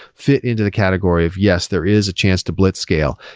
fit into the category of, yes, there is a chance to blitzscale.